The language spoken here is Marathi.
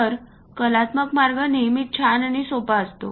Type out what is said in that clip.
तर कलात्मक मार्ग नेहमीच छान आणि सोपा असतो